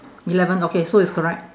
eleven okay so it's correct